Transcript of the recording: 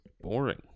boring